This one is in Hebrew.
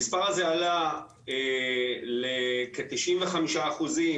המספר הזה עלה לכ-95 אחוזים,